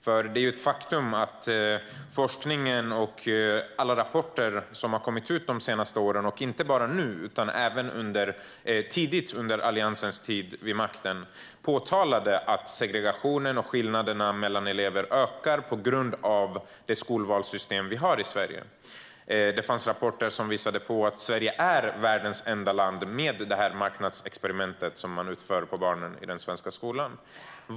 Det är nämligen ett faktum att forskningen och alla rapporter som har kommit de senaste åren, inte bara nu utan även tidigt under Alliansens tid vid makten, påtalade att segregationen och skillnaderna mellan elever ökar på grund av det skolvalssystem vi har i Sverige. Det fanns rapporter som visade att Sverige är världens enda land med det här marknadsexperimentet, som man utför på barnen i den svenska skolan.